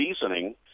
seasoning